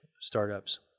startups